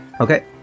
Okay